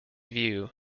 view